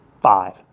five